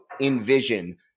envision –